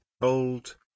old